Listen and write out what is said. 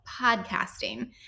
podcasting